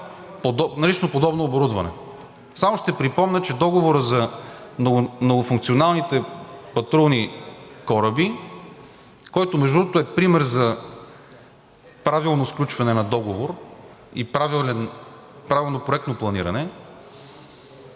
налично подобно оборудване. Само ще припомня, че Договорът за многофункционалните патрулни кораби, който между другото е пример за правилно сключване на договор и правилно проектно планиране,